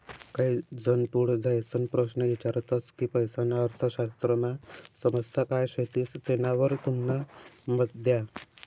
काही जन पुढे जाईसन प्रश्न ईचारतस की पैसाना अर्थशास्त्रमा समस्या काय शेतीस तेनावर तुमनं मत द्या